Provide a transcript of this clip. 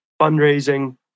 fundraising